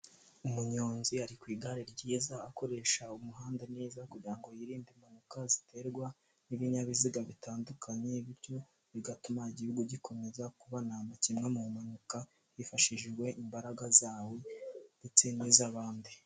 Umunyonzi ari ku igare ryiza, akoresha umuhanda neza kugirango yirinde impanuka ziterwa n'ibinyabiziga bitandukanye, bityo bigatuma igihugu gikomeza kuba ntamakemwa mu mpanuka, hifashishijwe imbaraga zawo ndetse ni zabandi.